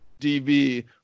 DB